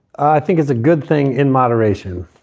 i think it's a good thing in moderation